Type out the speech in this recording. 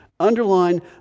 Underline